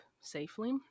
safely